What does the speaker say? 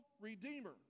Redeemer